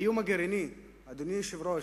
האיום הגרעיני, אדוני היושב-ראש,